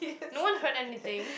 no one heard anything